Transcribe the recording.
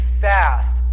fast